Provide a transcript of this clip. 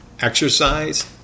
Exercise